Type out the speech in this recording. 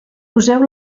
poseu